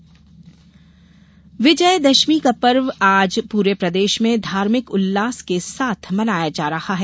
विजयादशमी विजय दशमी का पर्व आज पूरे प्रदेश में धार्मिक उल्लास के साथ मनाया जा रहा है